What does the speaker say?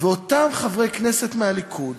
ואותם חברי כנסת מהליכוד